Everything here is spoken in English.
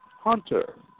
Hunter